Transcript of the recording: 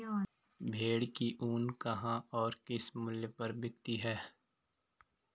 भेड़ की ऊन कहाँ और किस मूल्य पर बिकती है?